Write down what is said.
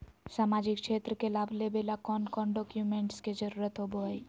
सामाजिक क्षेत्र के लाभ लेबे ला कौन कौन डाक्यूमेंट्स के जरुरत होबो होई?